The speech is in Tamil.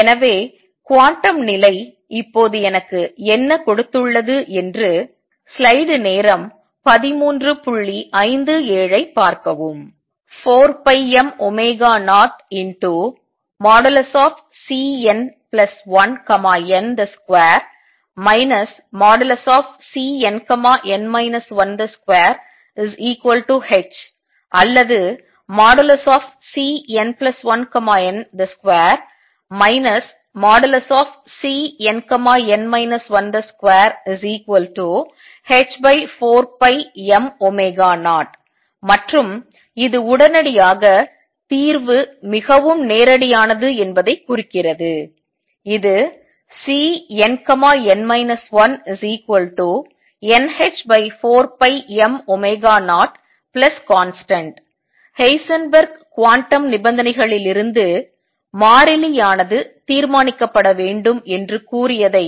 எனவே குவாண்டம் நிலை இப்போது எனக்கு என்ன கொடுத்துள்ளது என்று 4m0|Cn1n |2 Cnn 12h அல்லது |Cn1n |2 Cnn 12h4m0 மற்றும் இது உடனடியாக தீர்வு மிகவும் நேரடியானது என்பதைக் குறிக்கிறது இது Cnn 1nh4m0constant ஹெய்சன்பெர்க் குவாண்டம் நிபந்தனைகளிலிருந்து மாறிலியானது தீர்மானிக்கப்பட வேண்டும் என்று கூறியதை